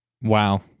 wow